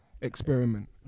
experiment